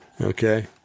okay